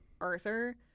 Arthur